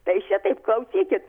tai jis čia taip klausykit